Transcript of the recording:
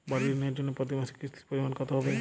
বাড়ীর ঋণের জন্য প্রতি মাসের কিস্তির পরিমাণ কত হবে?